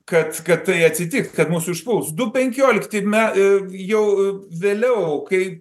kad kad tai atsitiks kad mus užpuls du penkiolikti me ir jau vėliau kai